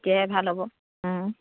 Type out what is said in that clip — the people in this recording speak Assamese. তেতিয়াহে ভাল হ'ব